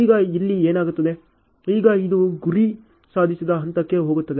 ಈಗ ಇಲ್ಲಿ ಏನಾಗುತ್ತದೆ ಈಗ ಇದು ಗುರಿ ಸಾಧಿಸಿದ ಹಂತಕ್ಕೆ ಹೋಗಿದೆ